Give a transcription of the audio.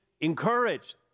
encouraged